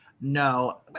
No